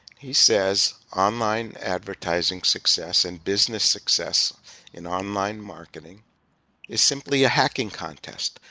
he says online advertising success and business success in online marketing is simply a hacking contest.